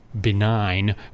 benign